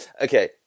Okay